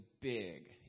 big